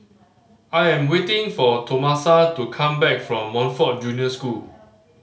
I am waiting for Tomasa to come back from Montfort Junior School